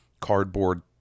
cardboard